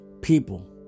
people